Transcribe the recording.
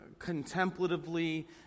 contemplatively